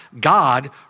God